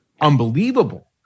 Unbelievable